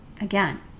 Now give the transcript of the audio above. again